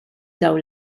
dawn